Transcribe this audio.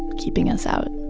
keeping us out